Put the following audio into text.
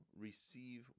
receive